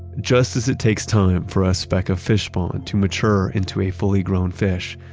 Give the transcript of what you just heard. just as it takes time for a speck of fish spawn to mature into a fully grown fish,